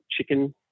chicken